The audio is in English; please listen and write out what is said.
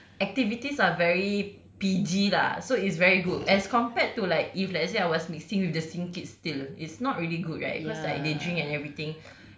activities are very P_G lah so it's very good as compared to like if let's say I was mixing with the same kids still it's not really good right because like they drink and everything